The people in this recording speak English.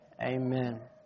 Amen